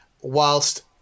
whilst